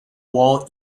wall